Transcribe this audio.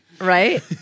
Right